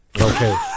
Okay